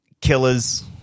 Killers